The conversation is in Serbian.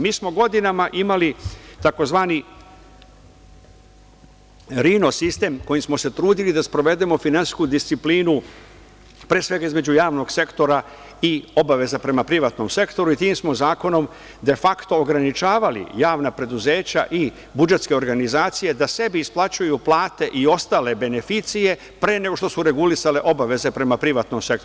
Mi smo godinama imali tzv. rino sistem kojim smo se trudili da sprovedemo finansijsku disciplinu, pre svega između javnog sektora i obaveza prema privatnom sektoru i tim zakonom smo de fakto ograničavali javna preduzeća i budžetske organizacije da sebi isplaćuju plate i ostale beneficije, pre nego što su regulisale obaveze prema privatnom sektoru.